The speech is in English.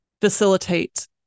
facilitate